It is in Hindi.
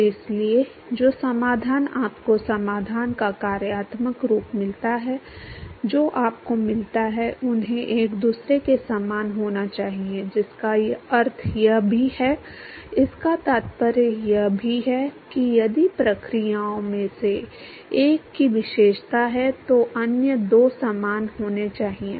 तो इसलिए जो समाधान आपको समाधान का कार्यात्मक रूप मिलता है जो आपको मिलता है उन्हें एक दूसरे के समान होना चाहिए जिसका अर्थ यह भी है इसका तात्पर्य यह भी है कि यदि प्रक्रियाओं में से एक की विशेषता है तो अन्य दो समान होने चाहिए